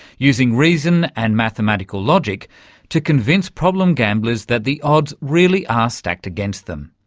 using reason and mathematical logic to convince problem gamblers that the odds really are stacked against them.